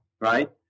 right